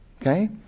Okay